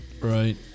Right